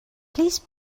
please